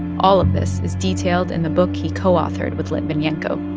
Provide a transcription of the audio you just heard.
all of this is detailed in the book he co-authored with litvinenko,